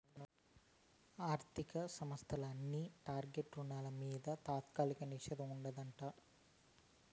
ఆర్థిక సంస్థల అన్ని టర్మ్ రుణాల మింద తాత్కాలిక నిషేధం ఉండాదట